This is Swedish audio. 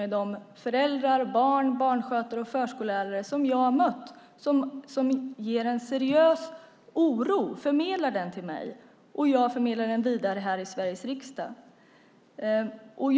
De föräldrar, barn, barnskötare och förskollärare som jag har mött förmedlar en seriös oro till mig, och jag förmedlar den vidare här i Sveriges riksdag.